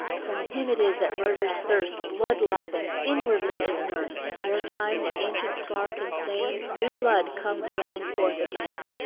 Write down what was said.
from him it is that murder's thirst, blood-lapping, inwardly is nursed ere time the ancient scar can sain, new blood comes welling forth again.